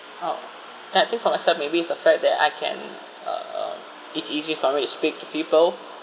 uh and I think for myself maybe is the fact that I can uh it's easy for me to speak to people